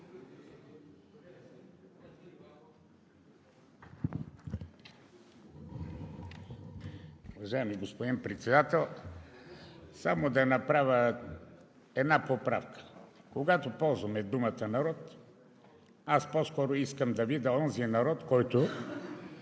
Уважаеми господин Председател! Само да направя една поправка, когато ползваме думата народ. Аз по-скоро искам да видя онзи народ, който